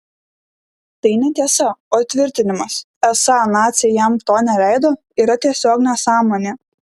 tai netiesa o tvirtinimas esą naciai jam to neleido yra tiesiog nesąmonė